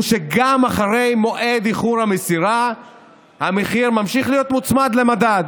הוא שגם אחרי איחור במועד המסירה המחיר ממשיך להיות מוצמד למדד.